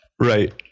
Right